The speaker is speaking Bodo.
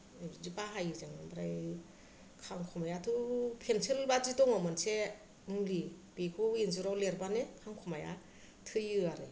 बिदि बाहायो जोङो ओमफ्राय खांखमायाथ' फेन्सिल बादि दङ मोनसे मुलि बेखौ इन्जुराव लिरबानो खांखमाया थैयो आरो